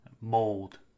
mold